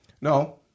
No